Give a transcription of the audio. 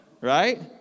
right